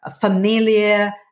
familiar